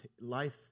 life